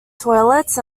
toilets